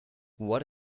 what